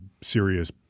serious